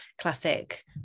classic